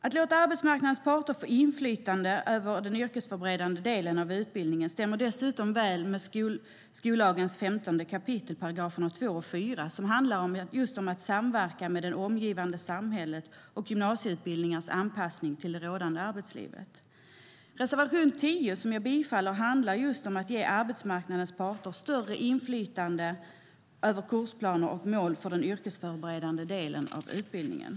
Att låta arbetsmarknadens parter få inflytande över den yrkesförberedande delen av utbildningen stämmer dessutom väl med 15 kap. 2 § och 4 § skollagen, som handlar om att samverka med det omgivande samhället och gymnasieutbildningars anpassning till det rådande arbetslivet. Reservation 10, som jag yrkar bifall till, handlar just om att ge arbetsmarknadens parter större inflytande över kursplaner och mål för den yrkesförberedande delen av utbildningen.